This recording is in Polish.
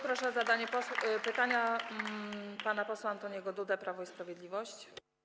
Proszę o zadanie pytania pana posła Antoniego Dudę, Prawo i Sprawiedliwość.